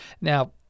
Now